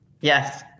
Yes